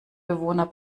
bewohner